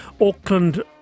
Auckland